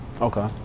okay